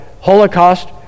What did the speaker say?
Holocaust